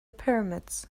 pyramids